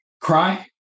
cry